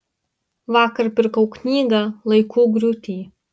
vakar pirkau knygą laikų griūty